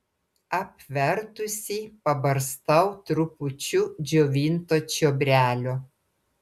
apvertusi pabarstau trupučiu džiovinto čiobrelio